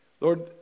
Lord